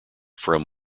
from